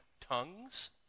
tongues